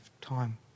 time